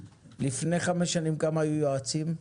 לפני חמש שנים כמה יועצים היו?